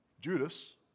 Judas